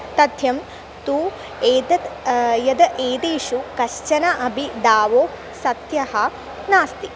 तथ्यं तु एतत् यद् एतेषु कश्चन अपि दावो सत्यः नास्ति